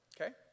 okay